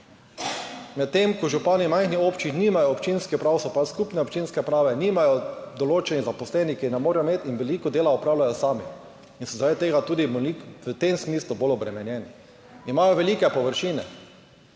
Medtem ko župani majhnih občin nimajo občinskih uprav, so pa skupne občinske uprave, nimajo določenih zaposlenih, jih ne morejo imeti in veliko dela opravljajo sami in so zaradi tega tudi v tem smislu bolj obremenjeni. Imajo velike površine,